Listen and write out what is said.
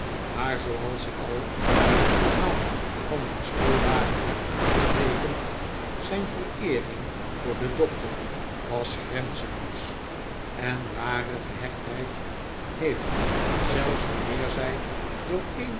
maar zooals ik al in het verhaal van mijn schooldagen heb aangeteekend zijn vereering voor den doctor was grenzenloos en ware gehechtheid heeft zelfs wanneer zij door